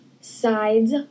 sides